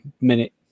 minute